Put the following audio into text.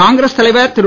காங்கிரஸ் தலைவர் திரு